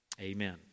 Amen